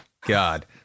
God